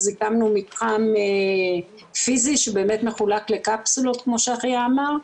הקמנו מתחם פיזי שבאמת מחולק לקפסולות כמו שאחיה אמר.